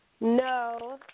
No